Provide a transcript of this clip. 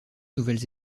nouvelles